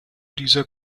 dieser